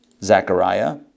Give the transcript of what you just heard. Zechariah